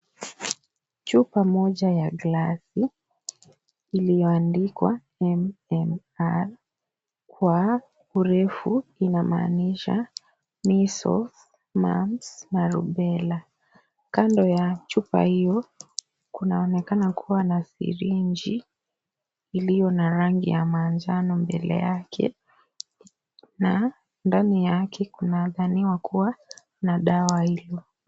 Chupa moja ya glasi, iliyoandikwa MMR, kwa urefu inamaanisha measels, mumps na rubella. Kando ya chupa hiyo, kunaonekana kuwa na sirinji, iliyo na rangi ya manjano mbele yake na ndani yake kunadhaniwa kuwa na dawa hiyo.